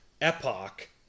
Epoch